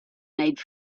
made